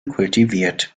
kultiviert